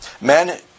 Men